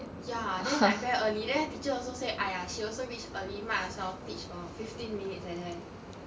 ya then like very early then the teacher also say !aiya! she also reach early might as well teach for fifteen minutes like that